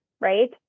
right